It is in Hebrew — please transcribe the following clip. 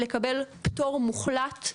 לקבל תור מוחלט,